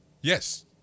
Yes